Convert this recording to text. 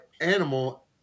animal